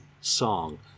song